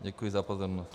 Děkuji za pozornost.